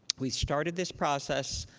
we've started this process.